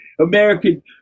American